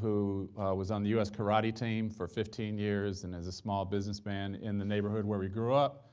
who was on the u s. karate team for fifteen years and is a small businessman in the neighborhood where we grew up.